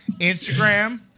Instagram